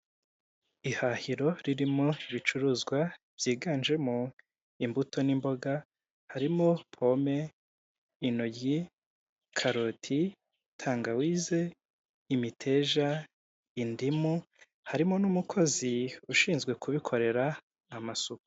Ihahiro ririmo ibicuruzwa byiganjemo imbuto n'imboga, harimo pome inoryi karoti tangawize imiteja indimu, harimo n'umukozi ushinzwe kubikorera amasuku.